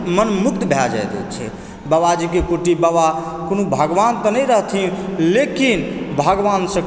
मंत्रमुग्ध भए जाइ छै बाबाजीके कुटी बाबा कोनो भगवान तऽ नहि रहथिन लेकिन भगवानसँ